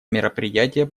мероприятие